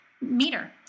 meter